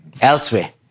elsewhere